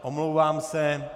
Omlouvám se.